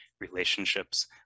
relationships